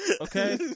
Okay